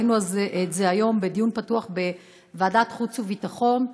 ראינו את זה היום בדיון פתוח בוועדת החוץ והביטחון.